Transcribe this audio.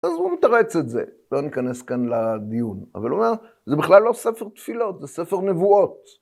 אז הוא מתרץ את זה. לא ניכנס כאן לדיון. אבל הוא אומר, זה בכלל לא ספר תפילות, זה ספר נבואות.